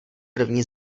první